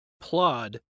Plod